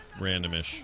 randomish